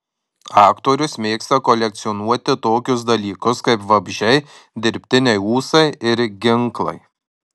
aktorius mėgsta kolekcionuoti tokius dalykus kaip vabzdžiai dirbtiniai ūsai ir ginklai